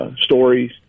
stories